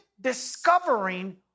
discovering